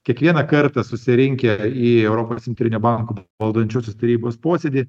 kiekvieną kartą susirinkę į europos centrinio banko valdančiosios tarybos posėdį